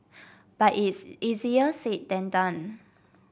but it is easier said than done